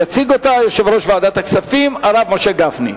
יציג אותה יושב-ראש ועדת הכספים, הרב משה גפני.